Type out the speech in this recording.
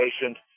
patient